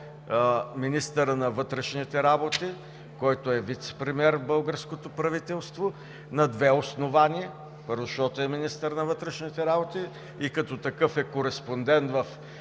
министъра на външните работи, който е вицепремиер в българското правителство, на две основания. Първо, защото е министър на външните работи и като такъв е кореспондент